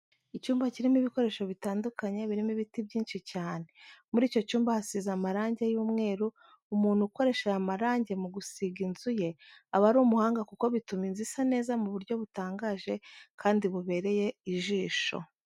Icyumba kirimo ibikoresho bitandukanye, birimo ibiti byinshi cyane. Muri icyo cyumba hasize amarange y'umweru, umuntu ukoresha aya marange mu gusiga inzu ye aba ari umuhanga kuko bituma inzu isa neza mu buryo butangaje kandi bubereye ijisho.